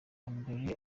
mbere